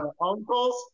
uncles